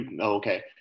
okay